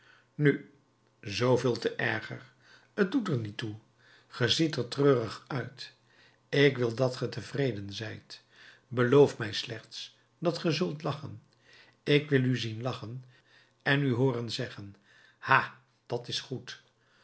nu zooveel te erger t doet er niet toe ge ziet er treurig uit ik wil dat ge tevreden zijt beloof mij slechts dat ge zult lachen ik wil u zien lachen en u hooren zeggen ha dat is goed